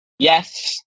Yes